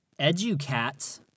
EduCat